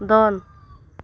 ᱫᱚᱱ